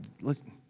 listen